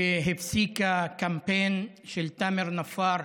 שהפסיקה קמפיין של תאמר נפאר